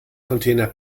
container